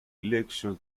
election